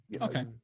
okay